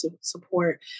support